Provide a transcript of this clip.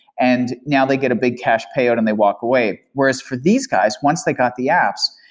and now they get a big cash payout and they walk away. whereas for these guys, once they got the apps,